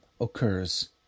occurs